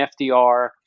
FDR